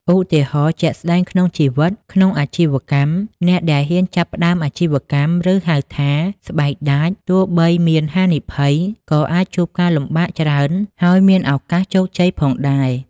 ឧទាហរណ៍ ជាក់ស្ដែងក្នុងជីវិត ក្នុងអាជីវកម្ម អ្នកដែលហ៊ានចាប់ផ្ដើមអាជីវកម្ម ឬហៅថា ស្បែកដាច ទោះបីមានហានិភ័យ ក៏អាចជួបការលំបាកច្រើន ហើយមានឱកាសជោគជ័យផងដែរ។